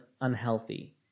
unhealthy